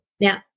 Now